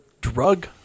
drug